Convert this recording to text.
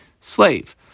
slave